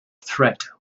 threat